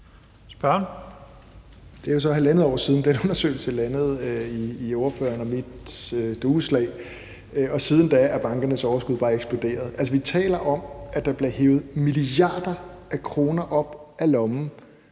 Dragsted (EL): Det er jo så halvandet år siden, den undersøgelse landede i ordførerens og mit dueslag, og siden da er bankernes overskud bare eksploderet. Vi taler om, at der bliver hevet milliarder af kroner op af lommerne